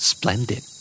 Splendid